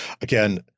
again